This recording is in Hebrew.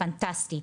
פנטסטי,